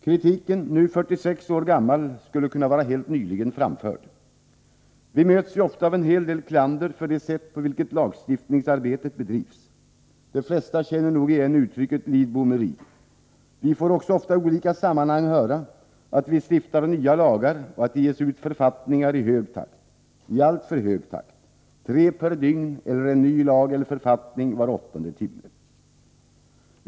Kritiken — nu 46 år gammal — skulle ha kunnat vara framförd helt nyligen. Vi möts ju ofta av en hel del klander för det sätt på vilket lagstiftningsarbetet bedrivs. De flesta känner nog igen uttrycket ”Lidbomeri”. Vi får också ofta i olika sammanhang höra att vi stiftar nya lagar och att det ges ut författningar i alltför hög takt: tre per dygn, eller en ny lag eller författning var åttonde timme.